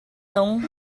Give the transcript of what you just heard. nung